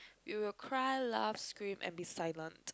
you will cry laugh scream and be silent